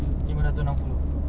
lima ratus enam puluh